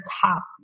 top